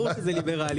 ברור שזה ליברלי.